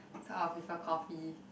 so I'll prefer coffee